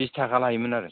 बिस थाखा लायोमोन आरो